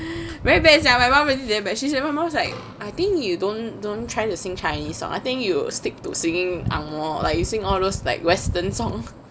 very bad sia my mum really damn bad she my mum is like I think you don't don't try to sing chinese I think you stick to singing ang moh like you sing all those like western songs